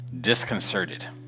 disconcerted